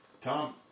Tom